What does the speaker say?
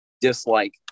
dislike